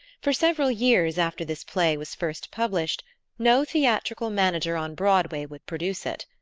for several years after this play was first published no theatrical manager on broadway would produce it.